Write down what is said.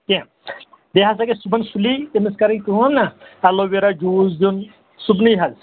کینٛہہ بییہِ ہَسا گژھِ صُبحن سُلی تٔمِس کَرٕنۍ کٲم نا اَلوویرا جوٗس دیُٚن صُبنٕے حظ